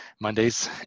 Mondays